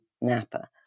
Napa